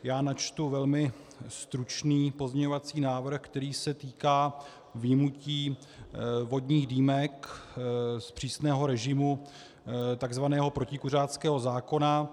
Já načtu velmi stručný pozměňovací návrh, který se týká vyjmutí vodních dýmek z přísného režimu takzvaného protikuřáckého zákona.